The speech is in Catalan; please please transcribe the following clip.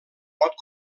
pot